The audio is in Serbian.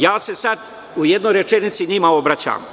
Ja se sada u jednoj rečenici njima obraćam.